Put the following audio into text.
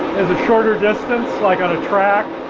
is ah shorter distance like on a track,